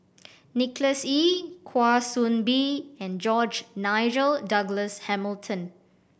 Nicholas Ee Kwa Soon Bee and George Nigel Douglas Hamilton